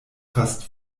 fast